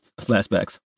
Flashbacks